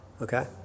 Okay